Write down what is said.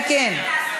אם כן,